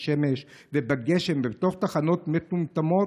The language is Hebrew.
בשמש ובגשם בתוך תחנות מטומטמות,